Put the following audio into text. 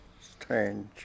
strange